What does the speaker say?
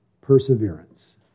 perseverance